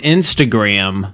Instagram